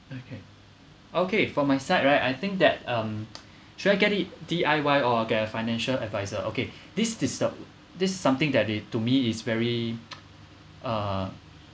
okay okay for my side right I think that um should I get it D_I_Y or get a financial adviser okay this system this something that they to me is very uh